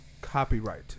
Copyright